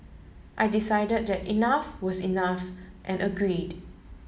I decided the enough was enough and agreed